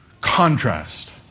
contrast